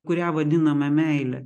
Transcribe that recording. kurią vadiname meile